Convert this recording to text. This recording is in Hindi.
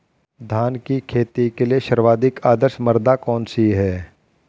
धान की खेती के लिए सर्वाधिक आदर्श मृदा कौन सी है?